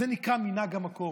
זה נקרא מנהג המקום.